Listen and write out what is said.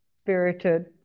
spirited